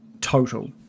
total